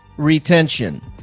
retention